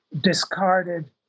discarded